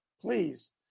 please